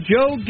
Joe